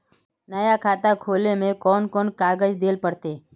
नया खाता खोले में कौन कौन कागज देल पड़ते?